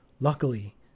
Luckily